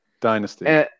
dynasty